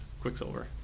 Quicksilver